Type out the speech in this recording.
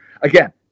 again